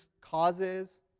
causes